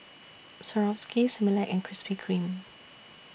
Swarovski Similac and Krispy Kreme